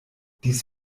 dies